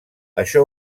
això